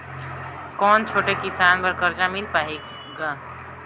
कौन छोटे किसान बर कर्जा मिल पाही ग?